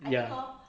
ya